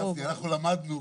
אנחנו למדנו,